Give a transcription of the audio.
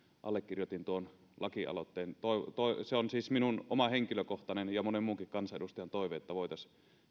allekirjoitin tuon lakialoitteen on siis minun oma henkilökohtainen ja monen muunkin kansanedustajan toive että voitaisiin